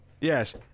Yes